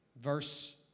Verse